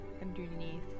underneath